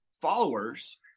followers